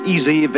Easy